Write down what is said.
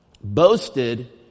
boasted